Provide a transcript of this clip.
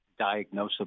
diagnosable